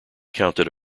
counted